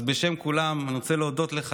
אז בשם כולם אני רוצה להודות לך,